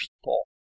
people